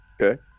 Okay